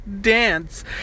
dance